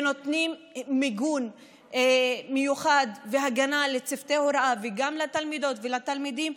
ונותנים מיגון מיוחד והגנה לצוותי ההוראה וגם לתלמידות ולתלמידים,